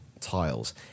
tiles